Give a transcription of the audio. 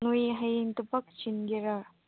ꯅꯣꯏ ꯍꯌꯦꯡ ꯊꯕꯛ ꯆꯤꯟꯒꯦꯔꯥ